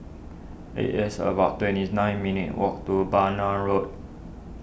it is about twenty nine minutes' walk to Bhamo Road